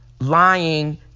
lying